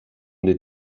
des